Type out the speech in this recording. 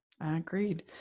Agreed